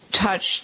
touched